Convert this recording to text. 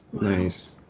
Nice